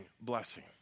blessing